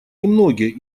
немногие